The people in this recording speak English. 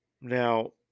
Now